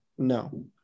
No